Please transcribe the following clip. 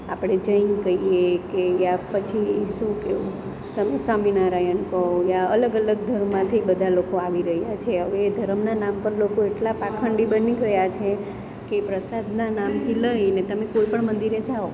આપણે જૈન કહીએ કે યા પછી શું કેવું તમે સ્વામીનારાયણ કહો યા અલગ અલગ ધર્મમાંથી બધા લોકો આવી રહ્યા છે હવે ધરમના નામ પર લોકો એટલા પાખંડી બની ગયા છે કે પ્રસાદના નામથી લઈને તમે કોઈ પણ મંદિરે જાઓ